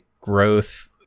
growth